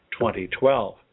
2012